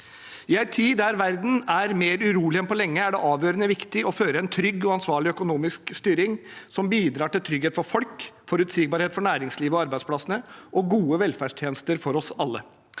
I en tid der verden er mer urolig enn på lenge, er det avgjørende viktig med en trygg og ansvarlig økonomisk styring som bidrar til trygghet for folk, forutsigbarhet for næringslivet og med tanke på arbeidsplasser, og gode velferdstjenester for oss alle.